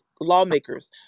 lawmakers